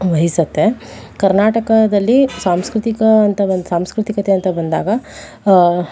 ವಹಿಸುತ್ತೆ ಕರ್ನಾಟಕದಲ್ಲಿ ಸಾಂಸ್ಕೃತಿಕ ಅಂತ ಒಂದು ಸಾಂಸ್ಕೃತಿಕತೆ ಅಂತ ಬಂದಾಗ